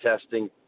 testing